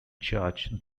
church